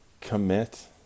Commit